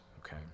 okay